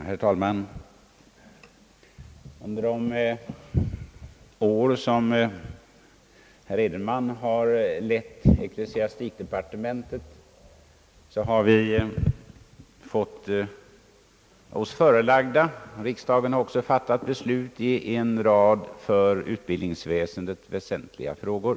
Herr talman! Under de år som herr Edenman har lett ecklesiastikdepartementet har riksdagen fått sig förelagd och också fattat beslut i en rad för undervisningsväsendet väsentliga frågor.